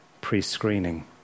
pre-screening